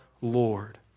Lord